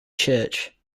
church